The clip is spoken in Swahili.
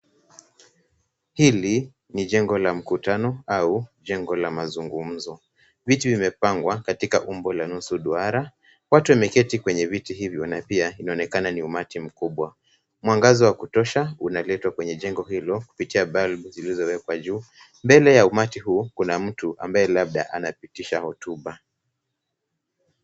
Hili ni jengo la mkutano au jengo la mazungumzo. Viti vimepangwa katika umbo la nusu duara. Watu wameketi kwenye viti hivyo na pia inaonekana ni umati mkubwa. Mwangaza wa kutosha unaletwa kwenye jengo hili kupitia balbu zilizowekwa juu. Mbele ya umati huu kuna mtu ambaye labda anapitisha hotuba.